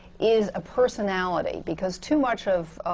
is a personality. because too much of